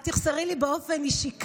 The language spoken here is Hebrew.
את תחסרי לי כאן באופן אישי,